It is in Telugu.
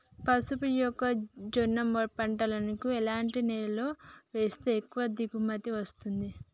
పసుపు మొక్క జొన్న పంటలను ఎలాంటి నేలలో వేస్తే ఎక్కువ దిగుమతి వస్తుంది?